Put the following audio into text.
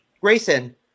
grayson